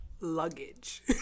Luggage